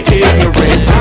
ignorant